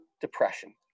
depression